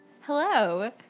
Hello